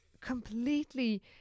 completely